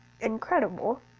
incredible